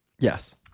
Yes